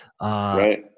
Right